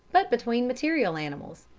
but between material animals,